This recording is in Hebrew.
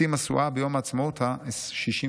השיא משואה ביום העצמאות ה-65.